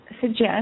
suggest